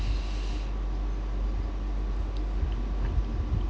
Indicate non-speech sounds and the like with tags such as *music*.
*breath*